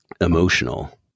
emotional